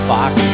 Box